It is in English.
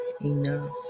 enough